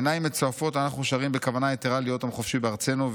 בעיניים מצועפות אנחנו שרים בכוונה יתרה 'להיות עם חופשי בארצנו',